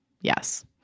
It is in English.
Yes